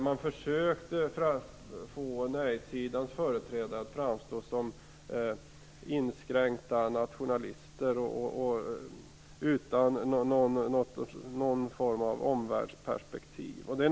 Man försökte få nejsidans företrädare att framstå som inskränkta nationalister, utan någon form av omvärldsperspektiv.